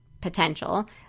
potential